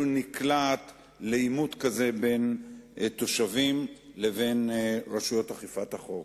נקלעת לעימות כזה בין תושבים לבין רשויות אכיפת החוק.